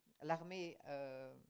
l'armée